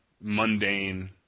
mundane